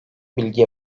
bilgi